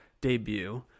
debut